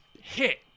hit